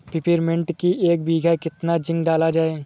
Peppermint की एक बीघा कितना जिंक डाला जाए?